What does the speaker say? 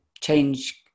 change